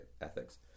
ethics